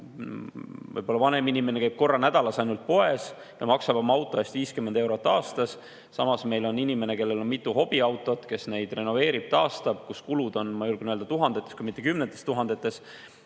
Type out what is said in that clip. võib-olla vanem inimene, käib korra nädalas ainult poes ja maksab oma auto eest 50 eurot aastas, ja samas on inimene, kellel on mitu hobiautot, kes neid renoveerib ja taastab, mille kulud on, ma julgen öelda, tuhandetes, kui mitte kümnetes tuhandetes,